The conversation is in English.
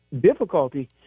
difficulty